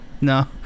no